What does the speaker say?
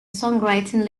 songwriting